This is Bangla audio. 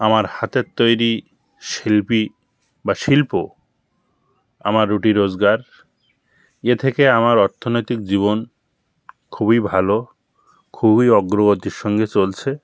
আমার হাতের তৈরী শিল্পী বা শিল্প আমার রুটি রোজগার এ থেকে আমার অর্থনৈতিক জীবন খুবই ভাল খুবই অগ্রগতির সঙ্গে চলছে